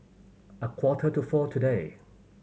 a quarter to four today